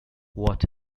what